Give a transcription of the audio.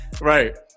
Right